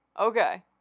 okay